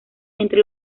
entre